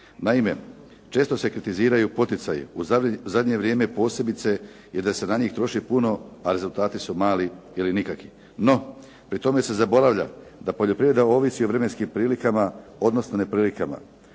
Naime, često se kritiziraju poticaju u zadnje vrijeme posebice i da se na njih troši puno a rezultati su mali ili nikakvi. No, pri tome se zaboravlja da poljoprivreda ovisi o vremenskim prilikama odnosno neprilikama.